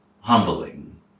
humbling